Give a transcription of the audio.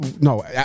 No